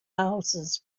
houses